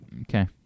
Okay